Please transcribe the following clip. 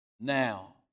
now